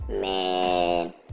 Man